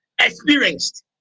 experienced